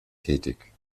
tätig